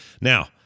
Now